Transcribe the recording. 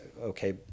okay